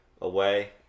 away